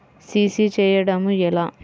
CC చేయడము ఎలా?